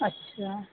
अछा